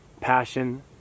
passion